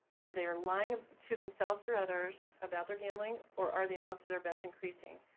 are they're lying to themselves or others about their gambling or are the amounts of their bets increasing.